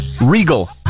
regal